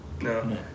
no